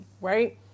right